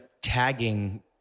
tagging